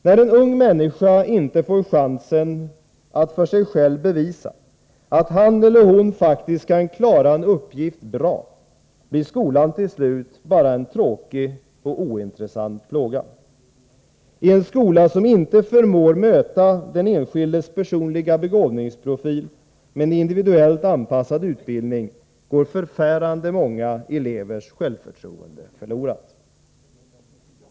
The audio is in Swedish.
När en ung människa inte får chansen att för sig själv bevisa att han eller hon faktiskt kan klara en uppgift bra, blir skolan till slut bara en tråkig och ointressant plåga. I en skola som inte förmår möta den enskildes personliga begåvningsprofil med en individuellt anpassad utbildning går förfärande många elevers självförtroende förlorat.